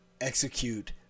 execute